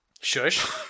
Shush